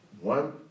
one